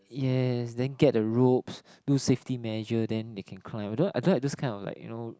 yes then get the ropes do safety measure then they can climb I don't I don't this kind of like you know